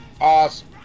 Awesome